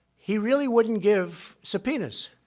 he really wouldn't give subpoenas.